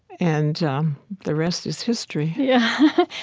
and the rest is history yeah.